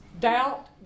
Doubt